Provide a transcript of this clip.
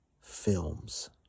Films